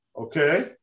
okay